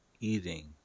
eating